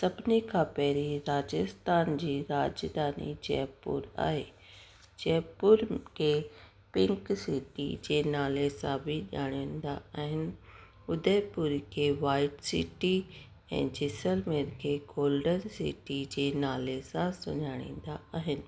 सभिनी खां पहिरीं राजस्थान जी राजधानी जयपुर आहे जयपुर खे पिंक सिटी जे नाले सां बि ॼाणींदा आहिनि उदयपुर खे वाइट सिटी ऐं जैसलमेर खे गोल्डन सिटी जे नाले सां सुञाणींदा आहिनि